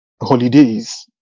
holidays